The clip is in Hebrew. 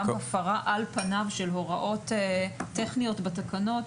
גם הפרה של הוראות טכניות בתקנות